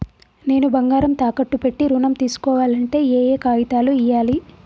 నేను బంగారం తాకట్టు పెట్టి ఋణం తీస్కోవాలంటే ఏయే కాగితాలు ఇయ్యాలి?